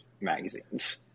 magazines